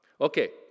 Okay